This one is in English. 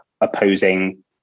opposing